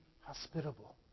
hospitable